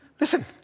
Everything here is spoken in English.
Listen